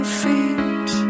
feet